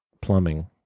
plumbing